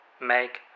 make